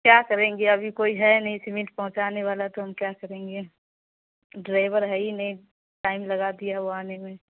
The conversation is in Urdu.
کیا کریں گے ابھی کوئی ہے نہیں سیمنٹ پہنچانے والا تو ہم کیا کریں گے ڈرائیور ہے ہی نہیں ٹائم لگا دیا ہے وہ آنے میں